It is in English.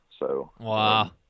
Wow